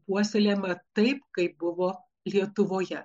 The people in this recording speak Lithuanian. puoselėjama taip kaip buvo lietuvoje